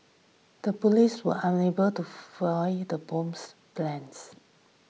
the police were unable to foil the bomber's plans